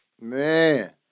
Man